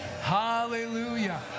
Hallelujah